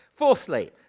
Fourthly